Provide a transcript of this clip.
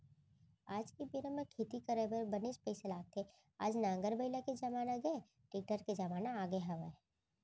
आज के बेरा म खेती करब म बनेच पइसा लगथे आज नांगर बइला के जमाना गय टेक्टर के जमाना आगे हवय